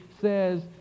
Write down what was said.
says